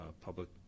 public